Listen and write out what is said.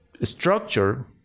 structure